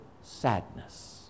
sadness